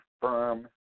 firm